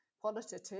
Qualitative